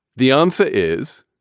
the answer is.